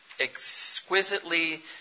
exquisitely